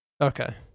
Okay